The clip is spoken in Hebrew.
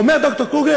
אומר ד"ר קוגל,